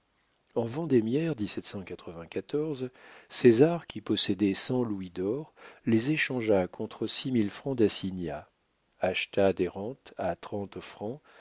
en venté ces ar qui possédait cent louis d'or les échangea contre six mille francs d'assignats acheta des rentes à trente francs